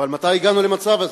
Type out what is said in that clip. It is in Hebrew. אבל מתי הגענו למצב הזה?